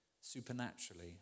supernaturally